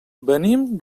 venim